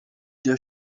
der